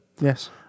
Yes